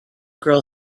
girl